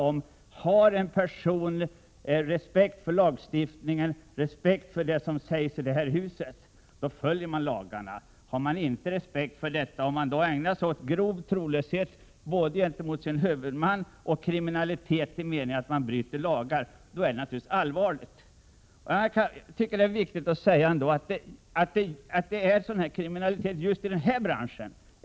Om en person har respekt för lagstiftningen, respekt för vad som sägs i det här huset, då följer han naturligtvis lagarna; har han inte respekt för detta utan i stället ägnar sig åt grov trolöshet gentemot sin huvudman och åt kriminalitet, då är det naturligtvis allvarligt. Det är viktigt att säga att det är extra allvarligt att det finns kriminalitet i just den här branschen.